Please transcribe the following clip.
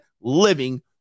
living